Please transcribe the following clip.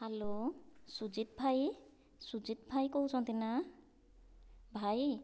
hello Sujit ଭାଇ ସୁଜିତ ଭାଇ କହୁଛନ୍ତି ନା ଭାଇ